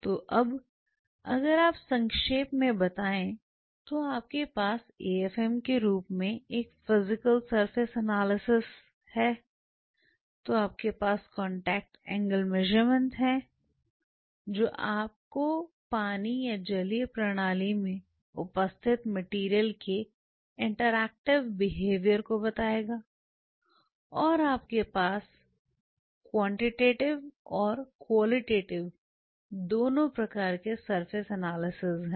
तो अब अगर आप संक्षेप में बताएं तो आपके पास AFM के रूप में एक फिजिकल सरफेस एनालिसिस है तो आपके पास कांटेक्ट एंगल मेज़रमेंट है जो आपको पानी या जलीय प्रणाली की उपस्थिति में मटेरियल के इंटरैक्टिव बिहेवियर को बताएगा और आपके पास मात्रात्मक और गुणात्मक दोनों प्रकार के सरफेस एनालिसिस हैं